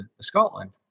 Scotland